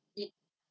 it